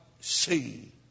see